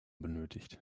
benötigt